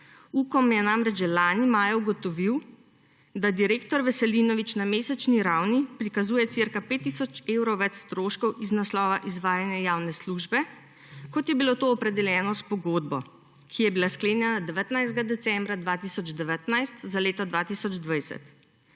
Ukom je namreč že lani maja ugotovil, da direktor Veselinovič na mesečni ravni prikazuje okoli 5 tisoč evrov več stroškov iz naslova izvajanja javne službe, kot je bilo to opredeljeno s pogodbo, ki je bila sklenjena 19. decembra 2019 za leto 2020.